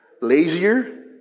lazier